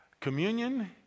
Communion